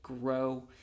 grow